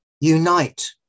Unite